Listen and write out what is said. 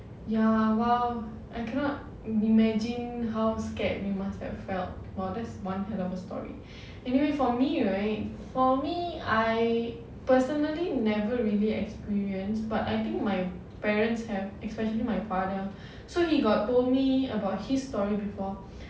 ya well I cannot imagine how scared you must have felt !wah! that's one hell of a story anyway for me right for me I personally never really experience but I think my parents have especially my father so he got told me about his story before